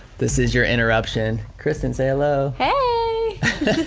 this is your interruption. kristin, say hello. hey.